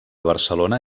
barcelona